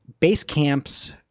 Basecamp's